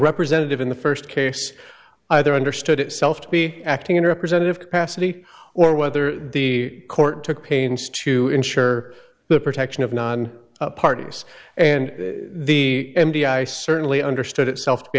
representative in the first case either understood itself to be acting in a representative capacity or whether the court took pains to ensure the protection of non parties and the m p i certainly understood itself to be